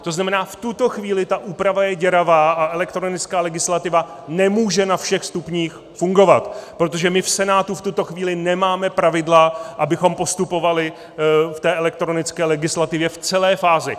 To znamená, že v tuto chvíli ta úprava je děravá a elektronická legislativa nemůže na všech stupních fungovat, protože my v Senátu v tuto chvíli nemáme pravidla, abychom postupovali v elektronické legislativě v celé fázi.